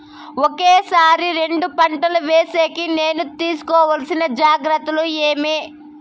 ఒకే సారి రెండు పంటలు వేసేకి నేను తీసుకోవాల్సిన జాగ్రత్తలు ఏమి?